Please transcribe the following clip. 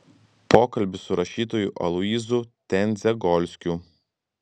pokalbis su rašytoju aloyzu tendzegolskiu